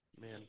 Man